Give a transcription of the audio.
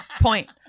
Point